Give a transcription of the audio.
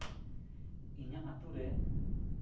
ᱤᱧᱟᱹᱜ ᱟᱹᱛᱩ ᱨᱮ